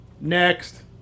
next